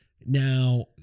now